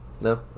No